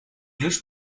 lust